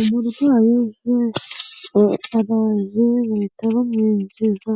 Umurwayi ujeje araje bahita bamwinjiza